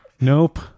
Nope